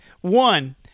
One